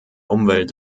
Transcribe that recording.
umwelt